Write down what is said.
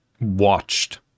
watched